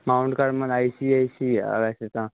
Mount Carmel I C S E ਆ ਵੈਸੇ ਤਾਂ